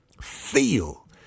Feel